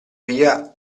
via